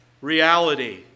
Reality